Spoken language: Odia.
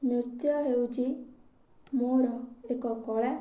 ନୃତ୍ୟ ହେଉଛି ମୋର ଏକ କଳା